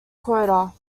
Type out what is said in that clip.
quota